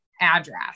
address